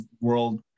world